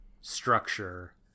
structure